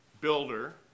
builder